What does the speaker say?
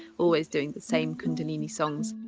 always doing the same kundalini songs.